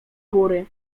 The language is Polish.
góry